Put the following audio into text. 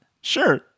Sure